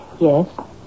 Yes